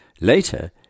Later